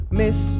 miss